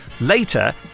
later